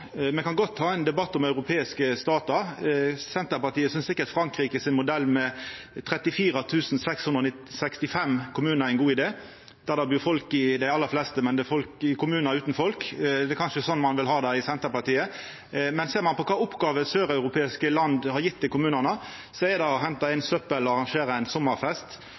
Me kan godt ha ein debatt om europeiske statar. Senterpartiet synest sikkert Frankrike sin modell er ein god idé, med 34 665 kommunar der det bur folk i dei aller fleste, men det er kommunar utan folk. Det er kanskje sånn ein vil ha det i Senterpartiet. Ser ein på kva oppgåver søreuropeiske land har gitt til kommunane, er det å henta inn søppel og arrangera ein sommarfest.